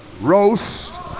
roast